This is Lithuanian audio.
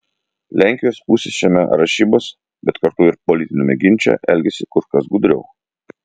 lenkijos pusė šiame rašybos bet kartu ir politiniame ginče elgiasi kur kas gudriau